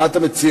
מה אתה מציע,